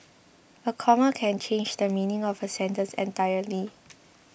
a comma can change the meaning of a sentence entirely